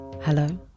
Hello